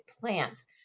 plants